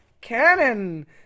Cannon